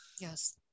Yes